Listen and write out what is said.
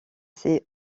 ses